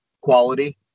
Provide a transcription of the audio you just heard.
quality